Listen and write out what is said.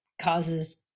causes